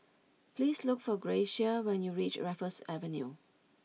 please look for Gracia when you reach Raffles Avenue